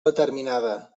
determinada